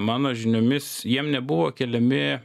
mano žiniomis jiem nebuvo keliami